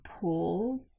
pull